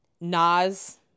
Nas